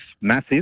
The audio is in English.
massive